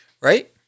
Right